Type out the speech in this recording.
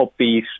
upbeat